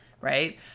right